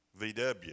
VW